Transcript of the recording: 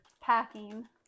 packing